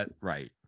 right